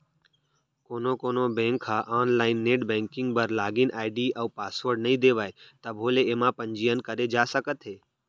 कोनो कोनो बेंक ह आनलाइन नेट बेंकिंग बर लागिन आईडी अउ पासवर्ड नइ देवय तभो ले एमा पंजीयन करे जा सकत हे